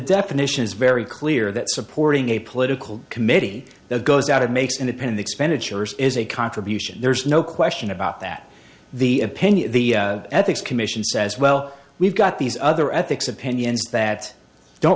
definition is very clear that supporting a political committee that goes out and makes independent expenditures is a contribution there's no question about that the opinion the ethics commission says well we've got these other ethics opinions that don't